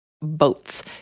Boats